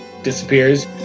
disappears